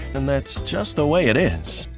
and that's just the way it is.